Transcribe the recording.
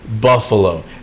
Buffalo